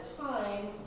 time